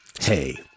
Hey